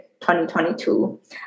2022